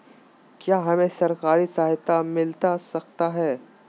क्या हमे सरकारी सहायता मिलता सकता है?